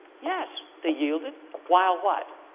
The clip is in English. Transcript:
yes. they yielded while what.